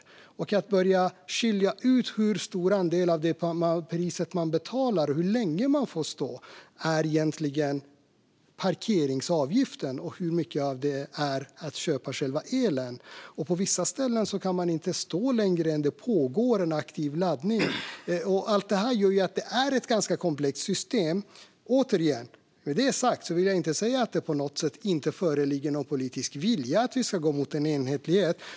Det är inte enkelt att börja skilja ut hur länge man får stå där och hur stor andel av det pris man betalar som är parkeringsavgift och hur mycket som handlar om att köpa själva elen. På vissa ställen kan man inte stå längre än under den tid som det pågår en aktiv laddning. Allt detta gör att det är ett ganska komplext system. Återigen: Jag vill inte säga att det på något sätt inte föreligger någon politisk vilja att vi ska gå mot en enhetlighet.